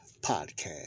podcast